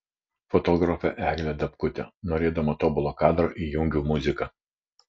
fotografė eglė dabkutė norėdama tobulo kadro įjungiu muziką